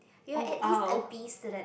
you are at least a B student